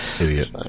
idiot